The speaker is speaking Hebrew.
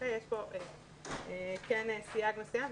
יש פה כן סייג מסוים.